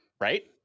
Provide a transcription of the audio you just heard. Right